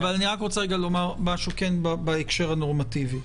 אני רוצה לומר משהו בהקשר הנורמטיבי.